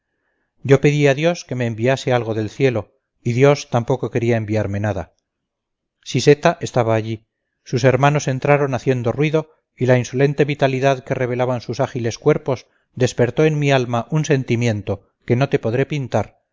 yo pedí a dios que me enviase algo del cielo y dios tampoco quería enviarme nada siseta estaba allí sus hermanos entraron haciendo ruido y la insolente vitalidad que revelaban sus ágiles cuerpos despertó en mi alma un sentimiento que no te podré pintar